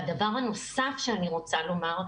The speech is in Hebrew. והדבר הנוסף שאני רוצה לומר,